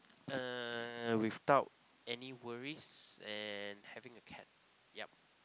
uh without any worries and having a cat yup